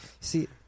See